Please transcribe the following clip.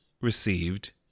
received